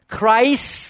Christ